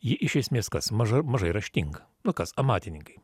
ji iš esmės kas maža mažai raštinga nu kas amatininkai